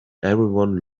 everyone